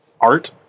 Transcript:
art